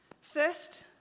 First